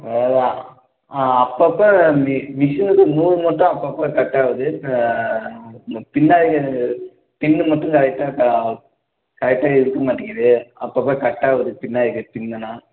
அதெல்லாம் ஆ அப்பப்போ மி மிஷினுக்கு நூல் மட்டும் அப்பப்போ கட் ஆகுது இந்த பின்னாடி எனக்கு பின்னு மட்டும் கரெக்டாக க கரெக்டாக எடுக்க மாட்டேங்குது அப்பப்போ கட் ஆகுது பின்னாடி இருக்க பின்னெல்லாம்